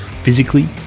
physically